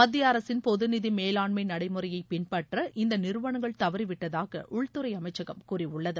மத்திய அரசின் பொது நிதி மேலாண்மை நடைமுறையை பின்பற்ற இந்த நிறுவனங்கள் தவறிவிட்டதாக உள்துறை அமைச்சகம் கூறியுள்ளது